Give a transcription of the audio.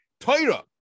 Torah